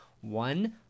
one